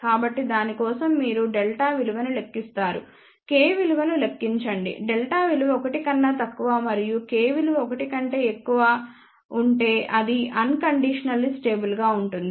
కాబట్టి దాని కోసం మీరు Δ విలువను లెక్కిస్తారు K విలువను లెక్కించండిΔ విలువ 1 కన్నా తక్కువ మరియు k విలువ 1 కంటే ఎక్కువగా ఉంటే అది అన్కండీషనల్లీ స్టేబుల్ గా ఉంటుంది